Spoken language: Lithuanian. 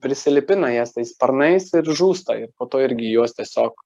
prilipina jas tais sparnais ir žūsta po to irgi juos tiesiog